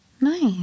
Nice